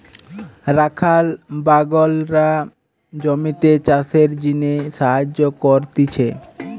রাখাল বাগলরা জমিতে চাষের জিনে সাহায্য করতিছে